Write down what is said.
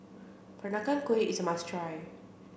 Peranakan Kueh is a must try